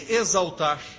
exaltar